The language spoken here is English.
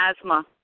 asthma